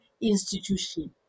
institution